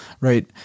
Right